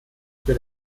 für